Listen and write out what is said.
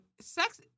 sex